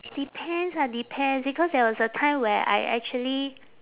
depends ah depends because there was a time where I actually